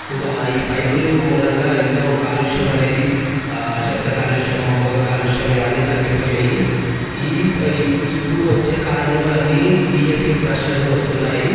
ఇంకా ఈ బైకులు మూలంగా ఎంతో కాలుష్యం అనేది శబ్ద కాలుష్యం పొగ కాలుష్యం ఇవన్నీ తగ్గిపోయినాయి ఈ ఇప్పుడు వచ్చే కాలంలో అన్నీ బిఎస్ సిక్స్ వర్షన్లో వస్తున్నాయి